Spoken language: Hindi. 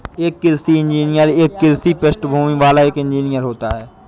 एक कृषि इंजीनियर एक कृषि पृष्ठभूमि वाला एक इंजीनियर होता है